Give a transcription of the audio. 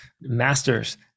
masters